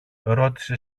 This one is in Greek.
ρώτησε